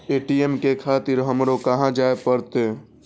ATM ले खातिर हमरो कहाँ जाए परतें?